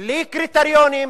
בלי קריטריונים,